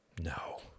No